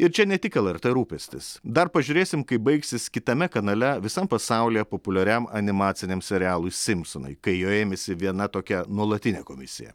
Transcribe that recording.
ir čia ne tik lrt rūpestis dar pažiūrėsim kaip baigsis kitame kanale visam pasaulyje populiariam animaciniam serialui simpsonai kai jo ėmėsi viena tokia nuolatinė komisija